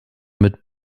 mit